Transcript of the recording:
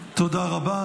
תודה רבה.